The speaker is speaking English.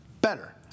better